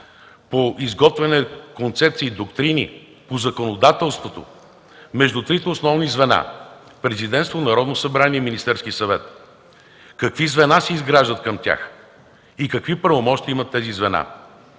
по изготвяне концепции и доктрини, по законодателството между трите основни звена – Президентство, Народно събрание, Министерски съвет. Какви звена се изграждат към тях? Какви правомощия имат тези звена?